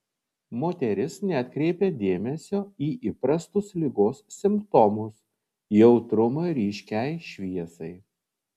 moteris neatkreipė dėmesio į įprastus ligos simptomus jautrumą ryškiai šviesai